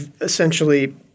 essentially